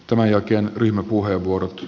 tämän jälkeen ryhmäpuheenvuorot